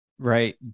Right